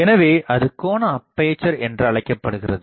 எனவே அது கோண அப்பேசர் என்று அழைக்கப்படுகிறது